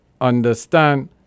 understand